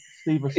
Steve